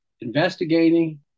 investigating